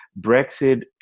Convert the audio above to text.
Brexit